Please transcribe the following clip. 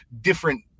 different